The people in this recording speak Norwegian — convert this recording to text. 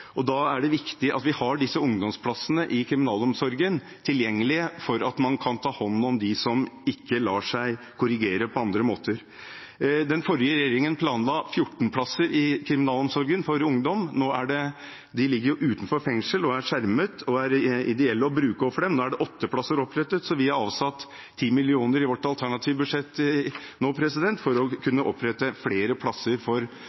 handlinger. Da er det viktig at vi har disse ungdomsplassene i kriminalomsorgen tilgjengelige, så man kan ta hånd om dem som ikke lar seg korrigere på andre måter. Den forrige regjeringen planla 14 plasser for ungdom i kriminalomsorgen. De ligger utenfor fengsel, er skjermet og er ideelle å bruke overfor dem. Nå er det opprettet åtte plasser. Vi har nå avsatt 10 mill. kr i vårt alternative budsjett for å kunne opprette flere plasser for